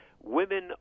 Women